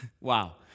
Wow